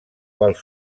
quals